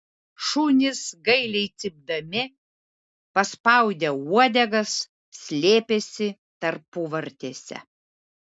šunys gailiai cypdami paspaudę uodegas slėpėsi tarpuvartėse